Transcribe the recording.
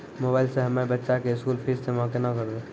Mobile से हम्मय बच्चा के स्कूल फीस जमा केना करबै?